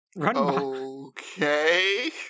Okay